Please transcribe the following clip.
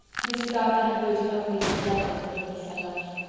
mr. gardiner had waited only for the letters before he set off.